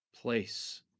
place